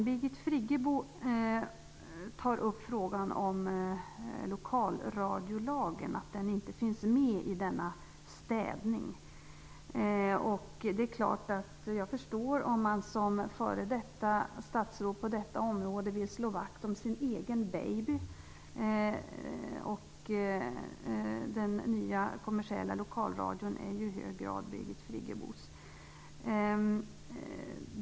Birgit Friggebo tar upp frågan om att lokalradiolagen inte finns med i denna städning. Jag förstår om man som f.d. statsråd på detta område vill slå vakt om sin egen baby. Den nya kommersiella lokalradion är ju i hög grad Birgit Friggebos.